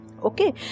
okay